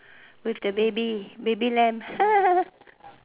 with the baby baby lamb